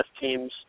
teams